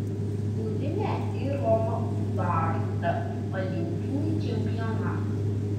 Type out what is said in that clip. turime ir romą ubartą olimpinį čempioną